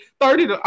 thirty